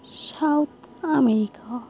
south America